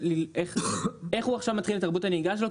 איך הוא עכשיו מתחיל את תרבות הנהיגה שלו,